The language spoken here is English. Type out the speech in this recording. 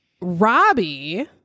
Robbie